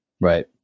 Right